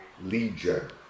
legion